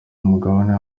umugabane